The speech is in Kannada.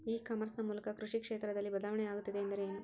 ಇ ಕಾಮರ್ಸ್ ನ ಮೂಲಕ ಕೃಷಿ ಕ್ಷೇತ್ರದಲ್ಲಿ ಬದಲಾವಣೆ ಆಗುತ್ತಿದೆ ಎಂದರೆ ಏನು?